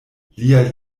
liaj